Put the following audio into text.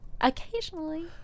Occasionally